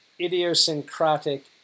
idiosyncratic